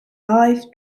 live